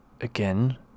again